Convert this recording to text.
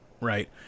right